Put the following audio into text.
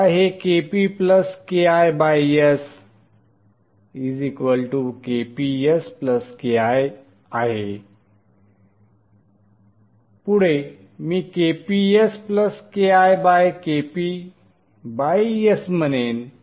आता हे KpKisKp sKiआहे पुढे मी Kp sKi Kp s म्हणेन